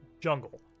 jungle